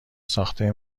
ساخته